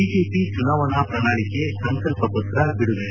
BJP ಚುನಾವಣಾ ಪ್ರಣಾಳಿಕೆ ಸಂಕಲ್ಪ ಪತ್ರ ಬಿಡುಗಡೆ